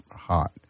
hot